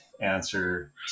answer